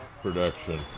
production